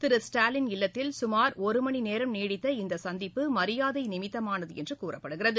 திரு ஸ்டாலின் இல்லத்தில் சுமாா் ஒரு மணி நேரம் நீடித்த இந்த சந்திப்பு மியாதை நிமித்தமானது என்று கூறப்படுகிறது